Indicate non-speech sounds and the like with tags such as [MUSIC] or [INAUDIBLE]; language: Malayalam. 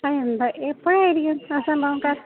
[UNINTELLIGIBLE] എപ്പോഴായിരിക്കും ആ സംഭവമൊക്കെ